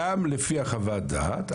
גם לפי חוות הדעת,